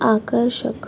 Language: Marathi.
आकर्षक